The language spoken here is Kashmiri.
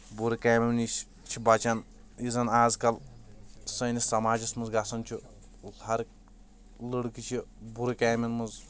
بُر کامٮ۪و نِش چھِ بَچان یُس زَن آزکل سٲنِس سَماجَس منٛز گَژَھان چھُ ہر لٔڑکہٕ چھِ بُرٕ کامٮ۪ن منٛز